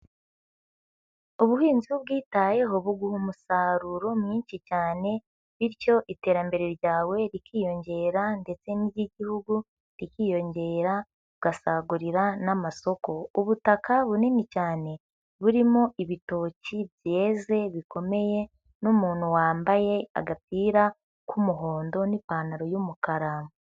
Ubuhinzi iyo ubwitayeho buguha umusaruro mwinshi cyane bityo iterambere ryawe rikiyongera ndetse n'iry'Igihugu rikiyongera, ugasagurira n'amasoko. Ubutaka bunini cyane, burimo ibitoki byeze bikomeye n'umuntu wambaye agapira k'umuhondo n'ipantaro y'umukara.